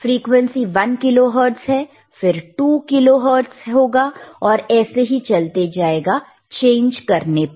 frequency 1 kilohertz है फिर 2 kilohertz होगा और ऐसे ही चलते जाएगा चेंज करने पर